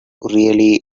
really